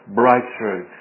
breakthrough